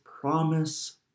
promise